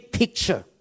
picture